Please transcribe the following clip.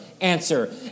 Answer